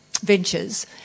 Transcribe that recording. ventures